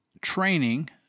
training